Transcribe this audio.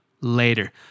later